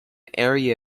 area